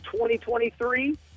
2023